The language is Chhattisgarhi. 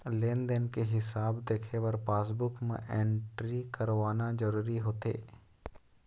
लेन देन के हिसाब देखे बर पासबूक म एंटरी करवाना जरूरी होथे